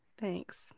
Thanks